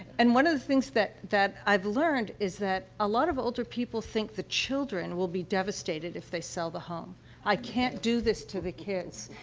and one of the things that that i've learned is that a lot of older people think the children will be devastated if they sell the home i can't do this to the kids,